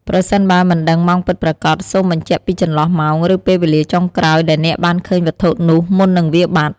ប្រសិនបើមិនដឹងម៉ោងពិតប្រាកដ សូមបញ្ជាក់ពីចន្លោះម៉ោង ឬពេលវេលាចុងក្រោយដែលអ្នកបានឃើញវត្ថុនោះ មុននឹងវាបាត់។